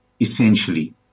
essentially